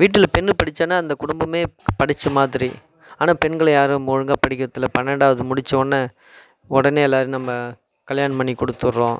வீட்டில் பெண் படித்தானா அந்த குடும்பமே படித்த மாதிரி ஆனால் பெண்களை யாரும் ஒழுங்காக படிகிறதில்ல பன்னெண்டாவது முடித்தோன்னே உடனே எல்லாேரும் நம்ம கல்யாணம் பண்ணி கொடுத்துடுறோம்